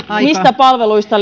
mistä palveluista